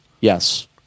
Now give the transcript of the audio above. Yes